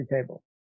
table